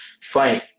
Fine